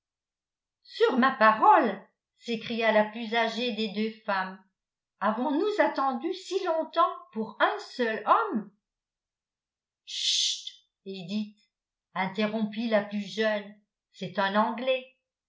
sur ma parole s'écria la plus âgée des deux femmes avons-nous attendu si longtemps pour un seul homme chut edith interrompit la plus jeune c'est un anglais